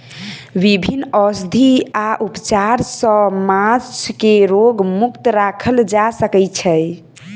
विभिन्न औषधि आ उपचार सॅ माँछ के रोग मुक्त राखल जा सकै छै